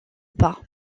pas